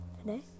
Today